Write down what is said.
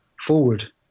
forward